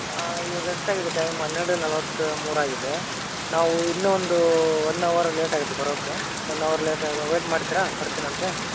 ಹಾಂ ಇವಾಗ ಎಷ್ಟಾಗಿದೆ ಟೈಮ್ ಹನ್ನೆರಡು ನಲ್ವತ್ತ ಮೂರಾಗಿದೆ ನಾವು ಇನ್ನೊಂದು ಒನ್ ಅವರ್ ಲೇಟಾಗತ್ತೆ ಬರೋಕ್ಕೆ ಒನ್ ಅವರ್ ಲೇಟ್ ಆಗ ವೇಯ್ಟ್ ಮಾಡ್ತೀರಾ ಬರ್ತೀನಂತೆ